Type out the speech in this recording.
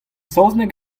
saozneg